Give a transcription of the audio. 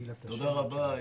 תודה רבה.